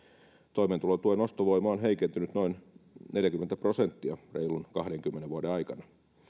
toimeentulotuen ostovoima on heikentynyt noin neljäkymmentä prosenttia reilun kahdenkymmenen vuoden aikana